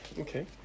Okay